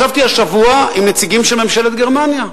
ישבתי השבוע עם נציגים של ממשלת גרמניה.